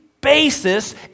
basis